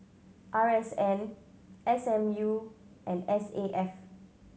R S N S M U and S A F